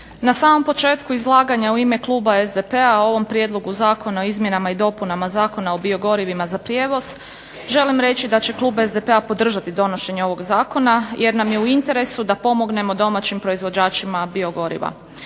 Na samom početku izlaganja u ime kluba SDP-a o ovom prijedlogu zakona o izmjenama i dopunama Zakona o biogorivima za prijevoz želim reći da će klub SDP-a podržati donošenje ovog zakona, jer nam je u interesu da pomognemo domaćim proizvođačima biogoriva.